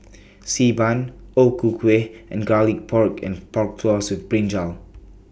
Xi Ban O Ku Kueh and Garlic Pork and Pork Floss with Brinjal